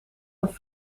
een